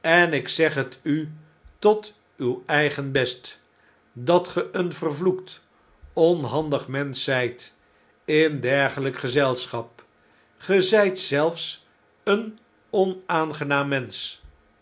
en ik zeg het u tot uw eigen best dat ge een vervloekt onhandig mensch zjjt in dergeljjk gezelschap ge zjjt zelfs een onaangenaam mensch